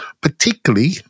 particularly